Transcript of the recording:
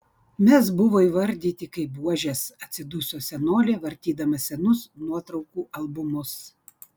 mes buvo įvardyti kaip buožės atsiduso senolė vartydama senus nuotraukų albumus